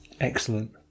Excellent